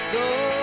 go